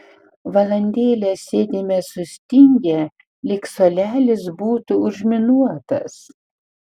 valandėlę sėdime sustingę lyg suolelis būtų užminuotas